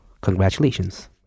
Congratulations